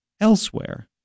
elsewhere